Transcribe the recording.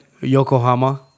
Yokohama